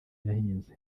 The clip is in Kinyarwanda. yahinze